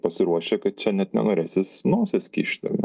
pasiruošė kad čia net nenorės jis nosies kišti